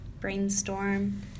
Brainstorm